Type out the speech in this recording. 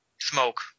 smoke